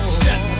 step